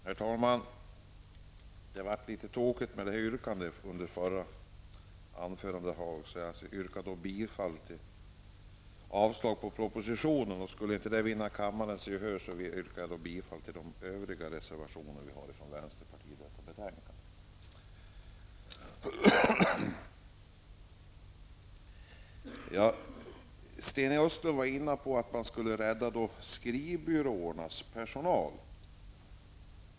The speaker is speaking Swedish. Herr talman! Yrkandet blev litet tokigt i mitt förra anförande, jag yrkar därför nu avslag på propositionen. Skulle detta inte vinna kammarens gehör yrkar jag bifall till de reservationer som vänsterpartiet medverkat till. Sten Östlund var inne på att man skulle rädda skrivbyråernas personal.